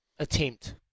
Attempt